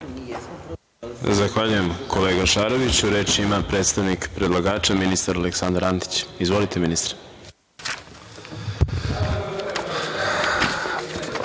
Zahvaljujem, kolega Šaroviću. Reč ima predstavnik predlagača ministar Aleksandar Antić. Izvolite, ministre.